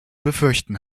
befürchten